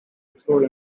through